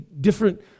different